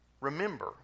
Remember